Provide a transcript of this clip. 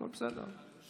הכול בסדר.